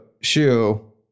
shoe